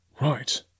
Right